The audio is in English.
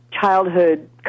childhood